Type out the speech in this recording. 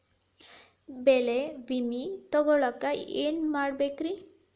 ಬೆಳೆ ವಿಮೆ ತಗೊಳಾಕ ಏನ್ ಮಾಡಬೇಕ್ರೇ?